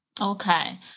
Okay